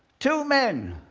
two men.